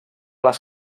les